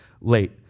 late